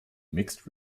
mixed